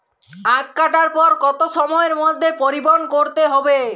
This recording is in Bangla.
আখ কাটার পর কত সময়ের মধ্যে পরিবহন করতে হবে?